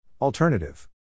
Alternative